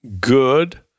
good